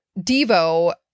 Devo